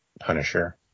Punisher